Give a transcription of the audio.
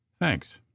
thanks